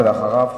ואחריו,